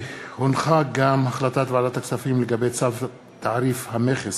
החלטת ועדת הכספים לגבי צו תעריף המכס